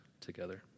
together